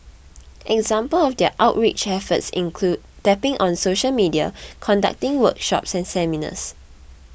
examples of their outreach efforts include tapping on social media conducting workshops and seminars